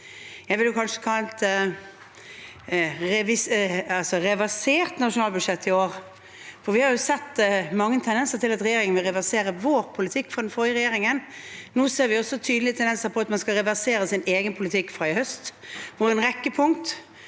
Jeg ville kanskje kalt det reversert nasjonalbudsjett i år. Vi har sett mange tendenser til at regjeringen vil reversere vår, altså den forrige regjeringens, politikk. Nå ser vi også tydelige tendenser til at man skal reversere sin egen politikk fra i høst. En rekke punkt